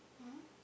(uh huh)